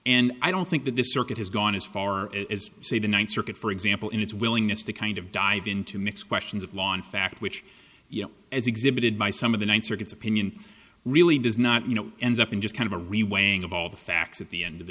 and i don't think that this circuit has gone as far as say the ninth circuit for example in its willingness to kind of dive in to mix questions of law in fact which you know as exhibited by some of the ninth circuit's opinion really does not you know ends up in just kind of a re weighing of all the facts at the end of the